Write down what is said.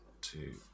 two